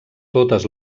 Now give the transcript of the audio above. totes